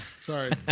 Sorry